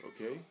Okay